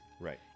Right